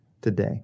today